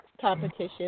competition